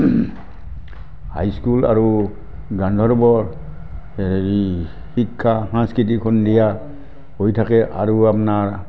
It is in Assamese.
হাই স্কুল আৰু গান্ধৰ্বৰ হেৰি শিক্ষা সাংস্কৃতিক সন্ধিয়া হৈ থাকে আৰু আপোনাৰ